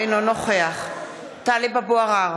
אינו נוכח טלב אבו עראר,